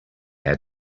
had